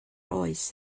oes